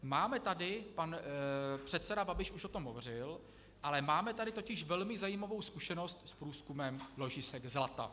Máme tady, pan předseda Babiš už o tom hovořil, ale máme tady totiž velmi zajímavou zkušenost s průzkumem ložisek zlata.